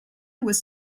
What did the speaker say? was